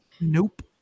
Nope